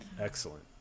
excellent